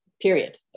period